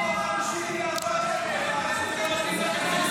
אז הינה, אני שואל.